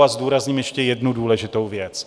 A zdůrazním ještě jednu důležitou věc.